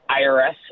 IRS